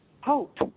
hope